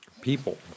people